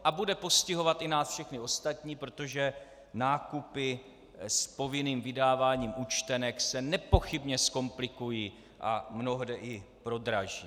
A bude postihovat i nás všechny ostatní, protože nákupy s povinným vydáváním účtenek se nepochybně zkomplikují a mnohde i prodraží.